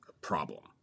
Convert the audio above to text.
problem